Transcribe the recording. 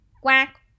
quack